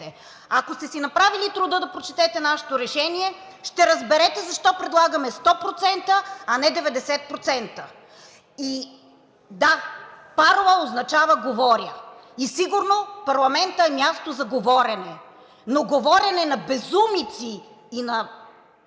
Ако сте си направили труда да прочетете нашето решение, ще разберете защо предлагаме 100%, а не 90%. И да, „парла“ означава „говоря“, и сигурно парламентът е място за говорене, но говорене на безумици и на